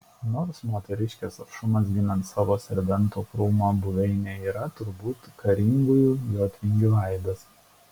tos moteriškės aršumas ginant savo serbento krūmo buveinę yra turbūt karingųjų jotvingių aidas